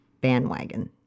bandwagon